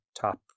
top